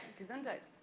gesundheit.